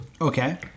Okay